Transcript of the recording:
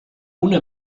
una